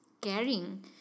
caring